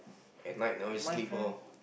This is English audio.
at night never sleep orh